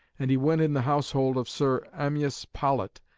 and he went in the household of sir amyas paulet,